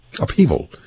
upheaval